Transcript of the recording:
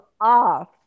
off